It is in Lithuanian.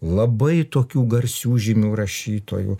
labai tokių garsių žymių rašytojų